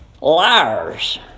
Liars